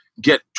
Get